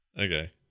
Okay